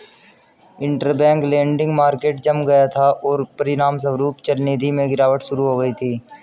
interbank lending market जम गया था, और परिणामस्वरूप चलनिधि में गिरावट शुरू हो गई थी